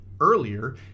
earlier